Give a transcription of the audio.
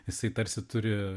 jisai tarsi turi